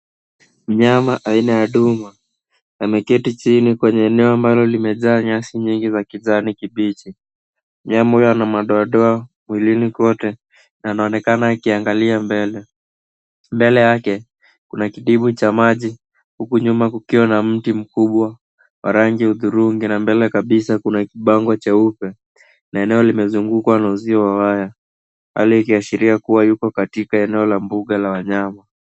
Mnyama aina ya duma ameketi chini kwenye nyasi ambayo limejaa nyasi nyingi za kijani kibichi. Mnyama huyu ana madodoe mwili mzima na anaonekana akiangalia mbele. Mbele yake kuna kidimbwi cha maji huku nyuma kukiwa na mti mkubwa, warangi ya dhurungu na mbele kabisa kuna kibango cheupe. Na eneo limezungukwa na uzio wa waya, hali ikishiria kuwa yupo katika eneo la mbuga la wanyama.